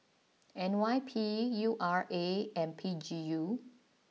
N Y P U R A and P G U